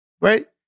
right